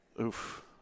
Oof